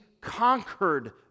conquered